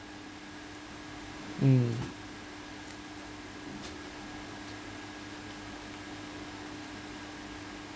mm